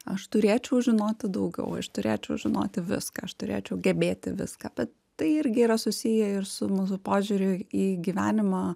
aš turėčiau žinoti daugiau aš turėčiau žinoti viską aš turėčiau gebėti viską bet tai irgi yra susiję ir su mūsų požiūriu į gyvenimą